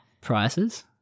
prices